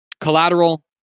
collateral